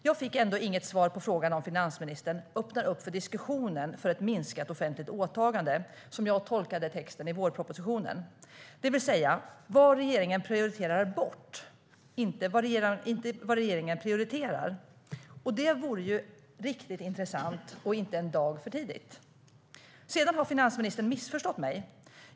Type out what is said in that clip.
Jag fick inte svar på frågan om finansministern, som jag tolkar texten i vårpropositionen, öppnar för diskussion om ett minskat offentligt åtagande - alltså vad regeringen prioriterar bort, inte vad regeringen prioriterar. Det vore riktigt intressant att få svar på och inte en dag för tidigt. Finansministern har missförstått mig.